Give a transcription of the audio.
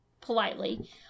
politely